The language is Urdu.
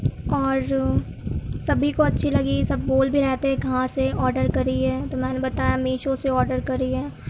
اور سبھی کو اچھی لگی سب بول بھی رہے تھے کہاں سے آڈر کری ہے تو میں نے بتایا میشو سے آڈر کری ہے